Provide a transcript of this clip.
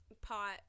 pot